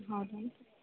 ಹೌದೇನ್ರಿ